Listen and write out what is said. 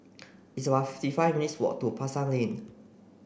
it's about fifty five minutes' walk to Pasar Lane